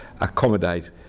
accommodate